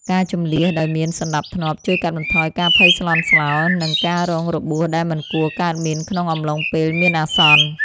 ការជម្លៀសដោយមានសណ្តាប់ធ្នាប់ជួយកាត់បន្ថយការភ័យស្លន់ស្លោ និងការរងរបួសដែលមិនគួរកើតមានក្នុងអំឡុងពេលមានអាសន្ន។